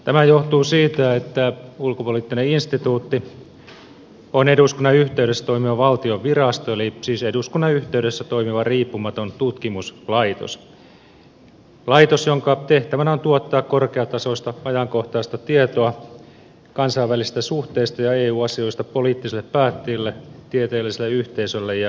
tämä johtuu siitä että ulkopoliittinen instituutti on eduskunnan yhteydessä toimiva valtion virasto eli siis eduskunnan yhteydessä toimiva riippumaton tutkimuslaitos laitos jonka tehtävänä on tuottaa korkeatasoista ajankohtaista tietoa kansainvälisistä suhteista ja eu asioista poliittisille päättäjille tieteelliselle yhteisölle ja yhteiskunnalliseen keskusteluun